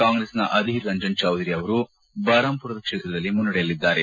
ಕಾಂಗ್ರೆಸ್ನ ಅಧಿರ್ ರಂಜನ್ ಚೌಧರಿ ಅವರು ಬಹರಾಂಪುರ ಕ್ಷೇತ್ರದಲ್ಲಿ ಮುನ್ನಡೆಯಲ್ಲಿದ್ದಾರೆ